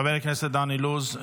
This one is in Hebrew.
חבר הכנסת דן אילוז,